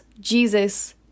Jesus